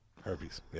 Herpes